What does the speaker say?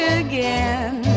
again